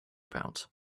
about